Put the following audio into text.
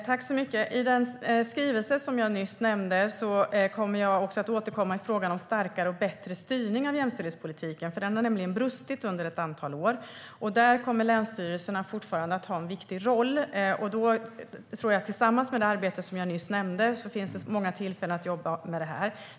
Herr talman! I den skrivelse jag nämnde nyss kommer jag att återkomma till frågan om starkare och bättre styrning av jämställdhetspolitiken, för den har nämligen brustit under ett antal år. Där kommer länsstyrelserna fortfarande att ha en viktig roll, och tillsammans med det arbete jag nyss nämnde finns det många tillfällen att jobba med detta.